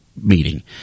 meeting